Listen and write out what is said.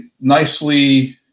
nicely